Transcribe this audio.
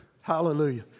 Hallelujah